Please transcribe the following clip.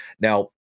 Now